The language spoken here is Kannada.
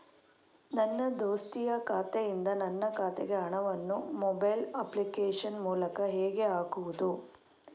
ನನ್ನ ದೋಸ್ತಿಯ ಖಾತೆಯಿಂದ ನನ್ನ ಖಾತೆಗೆ ಹಣವನ್ನು ಮೊಬೈಲ್ ಅಪ್ಲಿಕೇಶನ್ ಮೂಲಕ ಹೇಗೆ ಹಾಕುವುದು?